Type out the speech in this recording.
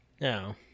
No